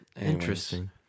Interesting